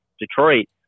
Detroit